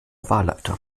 wahlleiter